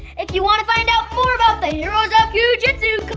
if you want to find out more about the heroes of goo jitsu,